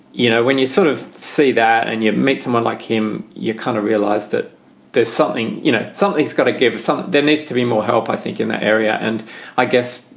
you know, when you sort of see that and you meet someone like him, you kind of realize that there's something, you know, something's got to give us something um that needs to be more help, i think, in that area. and i guess,